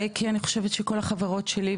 כי אני חושבת שכל החברות שלי,